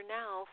now